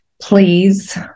Please